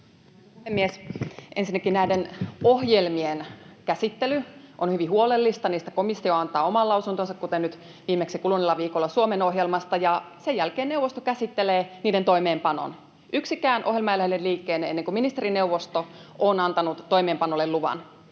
Ensinnäkin näiden ohjelmien käsittely on hyvin huolellista. Niistä komissio antaa oman lausuntonsa, kuten nyt viimeksi kuluneella viikolla Suomen ohjelmasta, ja sen jälkeen neuvosto käsittelee niiden toimeenpanon. Yksikään ohjelma ei lähde liikkeelle ennen kuin ministerineuvosto on antanut toimeenpanolle luvan.